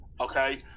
okay